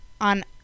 on